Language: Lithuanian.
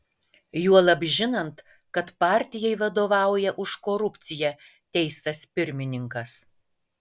juolab žinant kad partijai vadovauja už korupciją teistas pirmininkas